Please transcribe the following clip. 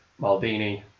Maldini